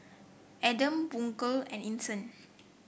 Adam Bunga and Isnin